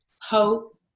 hope